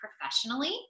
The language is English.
professionally